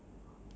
ya